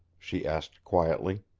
she asked quietly.